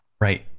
right